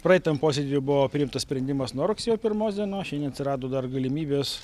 praeitam posėdy buvo priimtas sprendimas nuo rugsėjo pirmos dienos šiandien atsirado dar galimybės